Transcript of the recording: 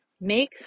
make